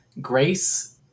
grace